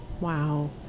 Wow